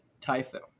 Typhoon